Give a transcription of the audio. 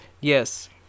Yes